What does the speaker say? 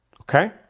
Okay